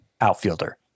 outfielder